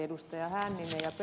hänninen ed